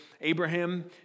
Abraham